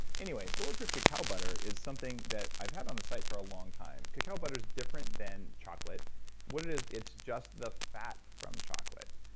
bulletproof cacao butter is something that i've had on the site for a long time. cacao butter is different than chocolate what it is, it's just the fat from chocolate.